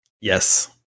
Yes